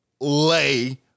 lay